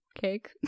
cake